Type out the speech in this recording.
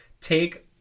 take